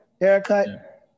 haircut